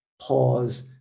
pause